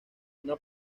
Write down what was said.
una